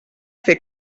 fer